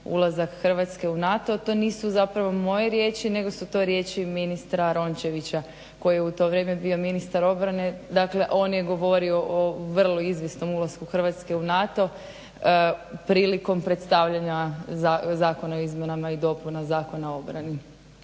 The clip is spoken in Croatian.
ulazak Hrvatske u NATO. To nisu zapravo moje riječi nego su to riječi ministra Rončevića koji je u to vrijeme bio ministar obrane, dakle on je govorio o vrlo izvjesnom ulasku Hrvatske u NATO prilikom predstavljanja zakona o izmjenama i dopunama Zakona o obrani.